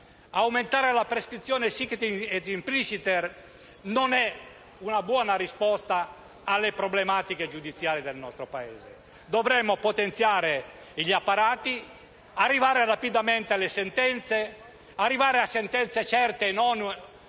aumentare la prescrizione *sic et simpliciter* non è una buona risposta alle problematiche giudiziarie del nostro Paese. Dovremmo potenziare gli apparati, arrivare rapidamente alle sentenze, arrivare a sentenze certe e non